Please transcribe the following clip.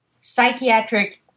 psychiatric